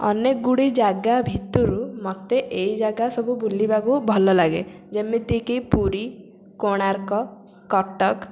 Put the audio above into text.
ଅନେକଗୁଡ଼ିଏ ଜାଗା ଭିତରୁ ମୋତେ ଏଇ ଜାଗା ସବୁ ବୁଲିବାକୁ ଭଲ ଲାଗେ ଯେମିତିକି ପୁରୀ କୋଣାର୍କ କଟକ